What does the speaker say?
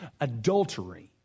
adultery